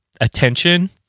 attention